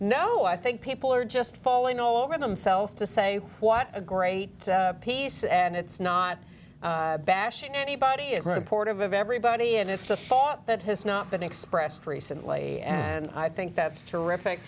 no i think people are just falling over themselves to say what a great piece and it's not bashing anybody is an import of everybody and it's a thought that has not been expressed recently and i think that's terrific